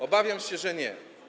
Obawiam się, że nie.